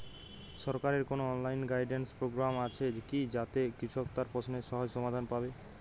সরকারের কোনো online guidance programme আছে কি যাতে কৃষক তার প্রশ্নের সহজ সমাধান পাবে?